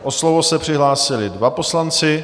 O slovo se přihlásili dva poslanci.